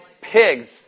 pigs